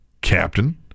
Captain